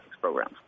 programs